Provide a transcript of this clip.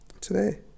today